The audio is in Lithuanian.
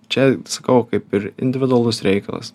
čia sakau kaip ir individualus reikalas